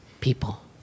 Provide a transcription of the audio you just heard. people